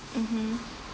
mmhmm